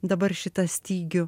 dabar šitą stygių